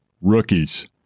Rookies